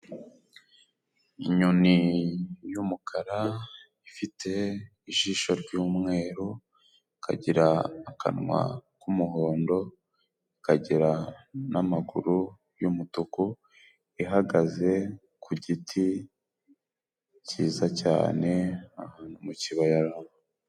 Inyoni y'umukara ifite ijisho ry'umweru, ikagira akanwa k'umuhondo, ikagira n'amaguru y'umutuku, ihagaze ku giti cyiza cyane ahantu mu kibaya.